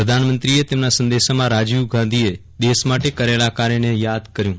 પ્રધાનમંત્રીએ તેમના સંદેશામાં રાજીવ ગાંધીએ દેશ માટે કરેલાં કાર્યને યાદ કર્યું હતું